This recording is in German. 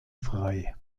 frei